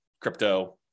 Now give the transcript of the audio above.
crypto